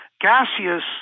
gaseous